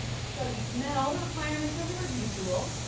so you've met all the requirements of the review tool,